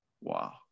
Wow